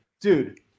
Dude